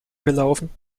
gelaufen